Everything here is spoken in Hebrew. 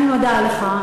אני מודה לך.